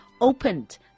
opened